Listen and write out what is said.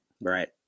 Right